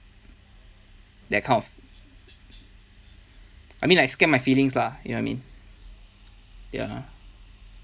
that kind of I mean I scared my feelings lah you get what I mean ya